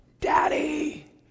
Daddy